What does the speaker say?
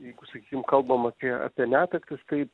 jeigu sakykim kalbam apie netektis tai